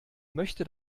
möchte